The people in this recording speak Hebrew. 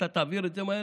אתה תעביר את זה מהר?